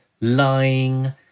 lying